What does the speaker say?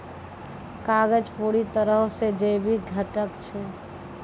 कागज पूरा तरहो से जैविक घटक छै